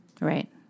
Right